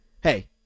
hey